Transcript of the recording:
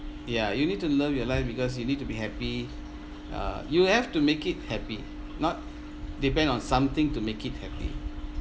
ya you need to love your life because you need to be happy uh you have to make it happy not depend on something to make it happy